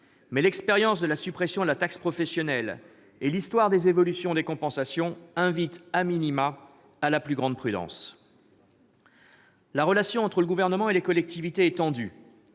mais l'expérience de la suppression de la taxe professionnelle et l'histoire des évolutions des compensations invitent,, à la plus grande prudence. La relation entre le Gouvernement et les collectivités est tendue.